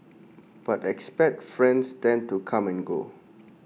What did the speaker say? but expat friends tend to come and go